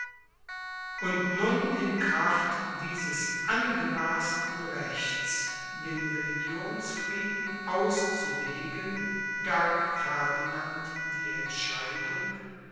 und nun in kraft dieses angemaßten rechts den religionsfrieden auszulegen gab ferdinand die entscheidung